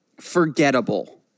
forgettable